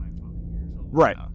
right